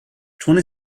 twenty